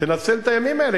תנצל את הימים האלה,